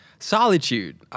solitude